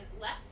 left